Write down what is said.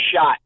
shot